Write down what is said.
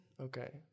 Okay